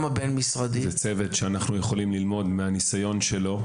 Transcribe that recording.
זה צוות שאנחנו יכולים ללמוד מהניסיון שלו,